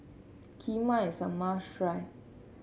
Kheema is a must try